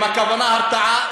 אם הכוונה הרתעה,